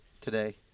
today